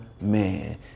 man